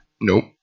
Nope